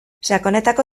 sakonetako